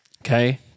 Okay